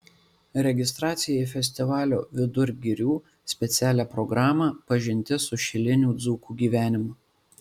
registracija į festivalio vidur girių specialią programą pažintis su šilinių dzūkų gyvenimu